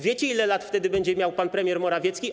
Wiecie, ile lat wtedy będzie miał pan premier Morawiecki?